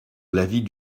l’avis